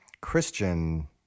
Christian